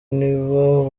nibo